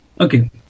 Okay